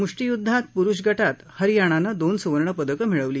मुष्टीयुद्धात पुरुष गाते हरियाणानं दोन सुवर्ण पदकं मिळवली